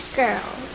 girls